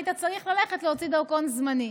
והיית צריך ללכת להוציא דרכון זמני.